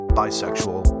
bisexual